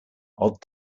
odd